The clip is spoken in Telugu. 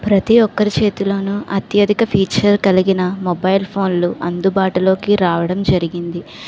ప్రతి ఒక్కరి చేతిలో అత్యధిక ఫీచర్ కలిగిన మొబైల్ ఫోన్లు అందుబాటులో రావడం జరిగింది